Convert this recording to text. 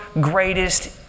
greatest